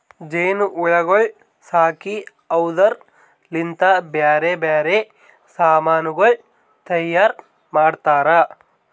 ಜೇನು ಹುಳಗೊಳ್ ಸಾಕಿ ಅವುದುರ್ ಲಿಂತ್ ಬ್ಯಾರೆ ಬ್ಯಾರೆ ಸಮಾನಗೊಳ್ ತೈಯಾರ್ ಮಾಡ್ತಾರ